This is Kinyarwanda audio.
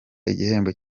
igihembo